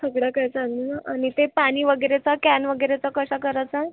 सगळं काय चालेल ना आणि ते पाणी वगैरेचा कॅन वगैरेचा कसं करायचं